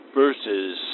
versus